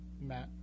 Matt